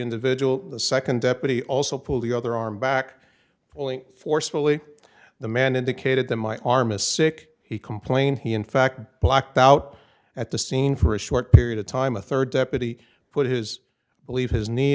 individual the second deputy also pulled the other arm back only forcefully the man indicated that my arm is sick he complained he in fact blacked out at the scene for a short period of time a third deputy put his believe his knee